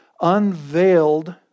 unveiled